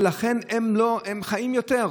ולכן הם חיים יותר.